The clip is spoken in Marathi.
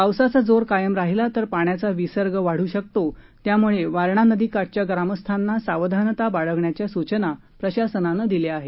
पावसाचा जोर कायम राहिला तर पाण्याचा विसर्ग वाढू शकतो त्यामुळे वारणा नदी काठच्या ग्रामस्थांना सावधानता बाळगण्याच्या सूचना प्रशासनानं दिल्या आहेत